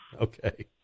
Okay